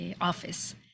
office